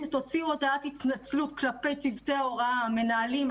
תוציאו הודעת התנצלות כלפי צוותי ההוראה המנהלים,